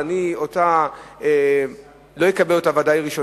אז אני אותה ודאי לא אקבל ראשונה.